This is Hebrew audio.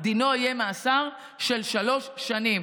דינו יהיה מאסר של שלוש שנים.